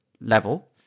level